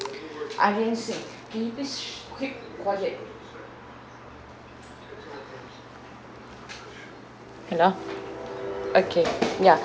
hello okay ya